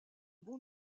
bon